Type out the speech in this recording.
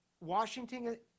Washington